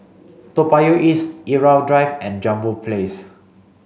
Toa Payoh East Irau Drive and Jambol Place